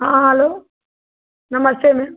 हाँ हलो नमस्ते मैम